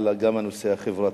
אבל גם הנושא החברתי.